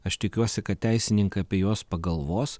aš tikiuosi kad teisininkai apie juos pagalvos